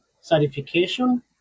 certification